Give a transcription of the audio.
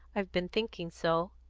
i've been thinking so.